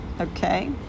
okay